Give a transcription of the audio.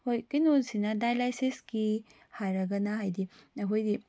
ꯍꯣꯏ ꯀꯩꯅꯣꯁꯤꯅ ꯗꯥꯏꯂꯥꯏꯁꯤꯁꯀꯤ ꯍꯥꯏꯔꯒꯅ ꯍꯥꯏꯗꯤ ꯑꯩꯈꯣꯏꯒꯤ